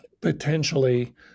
Potentially